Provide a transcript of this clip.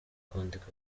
kwandika